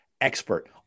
expert